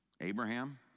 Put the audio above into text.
Abraham